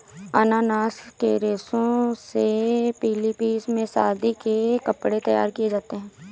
अनानास के रेशे से फिलीपींस में शादी के कपड़े तैयार किए जाते हैं